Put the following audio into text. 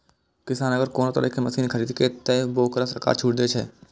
किसान अगर कोनो तरह के मशीन खरीद ते तय वोकरा सरकार छूट दे छे?